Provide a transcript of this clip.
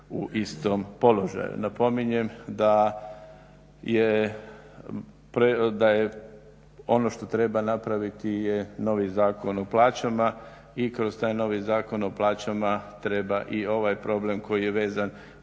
u istom položaju. Napominjem da je ono što treba napraviti je novi Zakon o plaćama i kroz taj novi Zakon o plaćama treba i ovaj problem koji je vezan